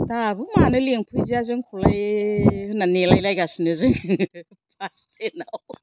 दाबो मानो लेंफैदिया जोंखौलाय होननानै नेलायलायगासिनो जों बास्टेनआव